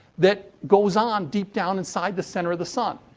that goes on deep down inside the center of the sun.